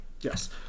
Yes